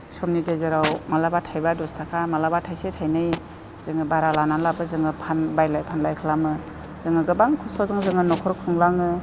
समनि गेजेराव मालाबा थाइबा दस थाखा मालाबा थाइसे थाइनै जोङो बारा लानानैब्लाबो जोङो बायलाय फानलाय खालामो जोङो गोबां खस्त'जों जोङो न'खर खुंलाङो